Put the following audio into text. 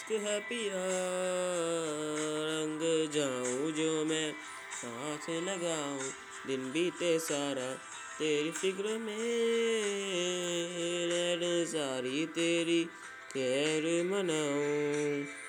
है पिया रंग जाऊं जो मैं हाथ लगाऊं। दिन बीते सारा तेरी फिक्र में, रैन सारी तेरी खैर मनाऊं।